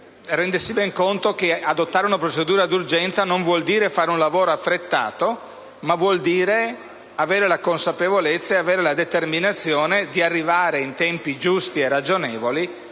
rendersi conto che adottare una procedura d'urgenza non vuol dire fare un lavoro affrettato, ma vuol dire avere la consapevolezza e la determinazione di arrivare in tempi giusti e ragionevoli